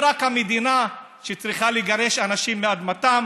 היא רק המדינה שצריכה לגרש אנשים מאדמתם